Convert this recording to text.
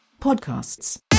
Podcasts